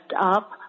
up